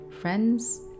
friends